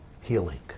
healing